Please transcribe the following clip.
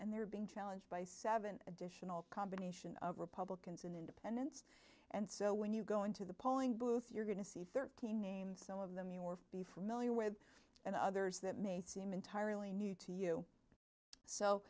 they're being challenged by seven additional combination of republicans and independents and so when you go into the polling booth you're going to see thirteen names some of them you or be familiar with and others that may seem entirely new to you so